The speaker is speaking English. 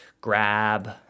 Grab